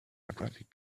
graphic